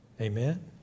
Amen